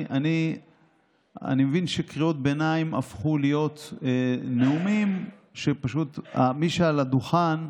אני מבין שקריאות ביניים הפכו להיות נאומים שפשוט מי שעל הדוכן,